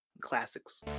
classics